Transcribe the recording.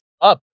up